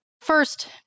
First